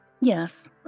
Yes